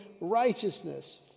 Righteousness